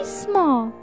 small